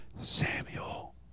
Samuel